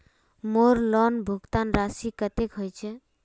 मोर लोन भुगतान राशि कतेक होचए?